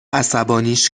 عصبانیش